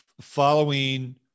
following